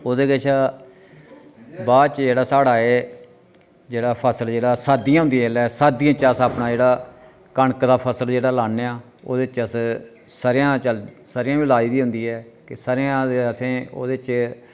ओह्दे कशा बाद च साढ़ा ऐ जेह्ड़ा फसल जेह्ड़ा सर्दियां होंदियां जेल्लै सर्दियें च अस अपना जेह्ड़ा कनक दा फसल जेह्ड़ा लान्ने आं ओह्दे च अस स'रेआं चलदी स'रेआं बी लाई दी होंदी ऐ की सरेआं असें ओह्दे च